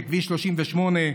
כביש 38,